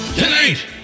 Tonight